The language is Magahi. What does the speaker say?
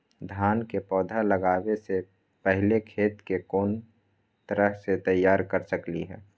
धान के पौधा लगाबे से पहिले खेत के कोन तरह से तैयार कर सकली ह?